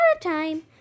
time